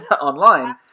online